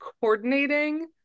coordinating